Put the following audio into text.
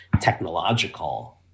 technological